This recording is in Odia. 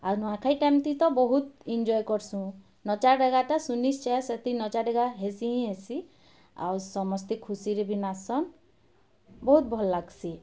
ଆଉ ନୁଆଁଖାଇ ଟ ତ ଏମ୍ତି ତ ବହୁତ ଏନ୍ଜଏ କର୍ସୁଁ ନଚା ଡେ଼ଗା ଟା ଶୂନିଶ୍ଚେ ସେଥିର ନଚା ଡ଼େଗା ହେସିଁ ହେସିଁ ଆଉ ସମସ୍ତେ ଖୁସିରେ ବି ନାଚ୍ସନ୍ ବହୁତ ଭଲ ଲାଗ୍ସି